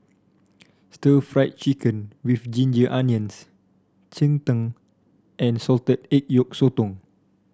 Stir Fried Chicken with Ginger Onions Cheng Tng and Salted Egg Yolk Sotong